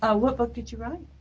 ah what book did you write?